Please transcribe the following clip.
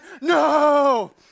no